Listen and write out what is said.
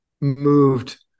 moved